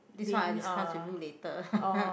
this one I discuss with you later